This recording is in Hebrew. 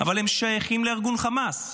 אבל הם שייכים לארגון חמאס.